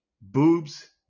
boobs